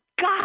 God